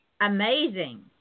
amazing